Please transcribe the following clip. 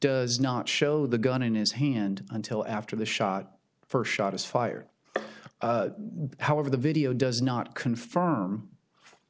does not show the gun in his hand until after the shot for shot is fired however the video does not confirm